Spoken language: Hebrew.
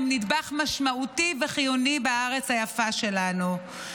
הם נדבך משמעותי וחיוני בארץ היפה שלנו.